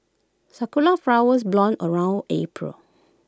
Sakura Flowers bloom around April